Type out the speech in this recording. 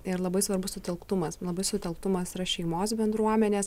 ir labai svarbu sutelktumas labai sutelktumas yra šeimos bendruomenės